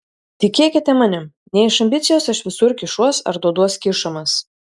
tikėkite manim ne iš ambicijos aš visur kišuos ar duoduos kišamas